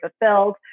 fulfilled